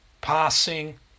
passing